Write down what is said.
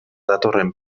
datorren